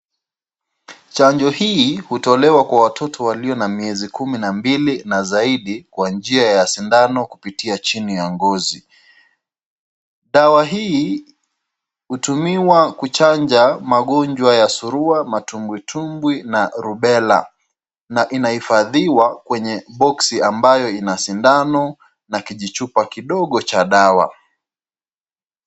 Chanjo hii hutolewa kwa watoto walio na miezi kumi na mbili na zaidi kwa njia ya sindano kupitia chini ya ngozi. Dawa hii hutumiwa kuchanja magonjwa ya surua, matumbwi tumbwi na rubela na inahifadhiwa kwenye boksi ambayo ina sindano na kijichupa kidogo cha dawa.